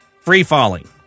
free-falling